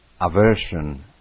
aversion